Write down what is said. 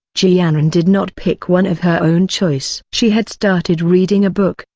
ji yanran did not pick one of her own choice. she had started reading a book,